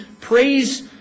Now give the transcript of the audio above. praise